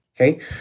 Okay